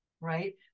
right